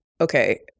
okay